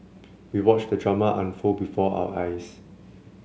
we watched the drama unfold before our eyes